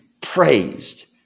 praised